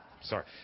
sorry